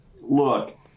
look